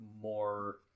more